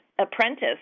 apprentice